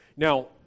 Now